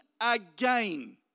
again